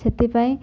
ସେଥିପାଇଁ